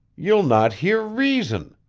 you'll not hear reason.